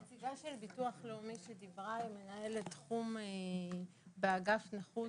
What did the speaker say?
נציגת ביטוח לאומי שדיברה היא מנהלת תחום באגף נכות,